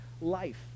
life